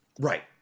Right